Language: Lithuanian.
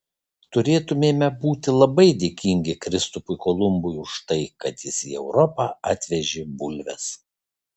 turėtumėme būti labai dėkingi kristupui kolumbui už tai kad jis į europą atvežė bulves